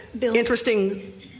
interesting